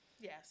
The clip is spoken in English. Yes